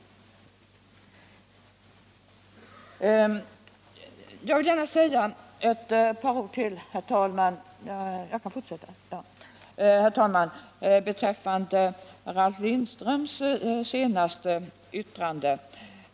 Jag vill gärna säga ett par ord, herr talman, beträffande Ralf Lindströms senaste yttrande.